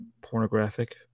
pornographic